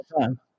time